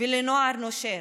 ולנוער נושר.